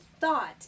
thought